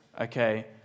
okay